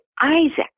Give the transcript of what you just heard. Isaac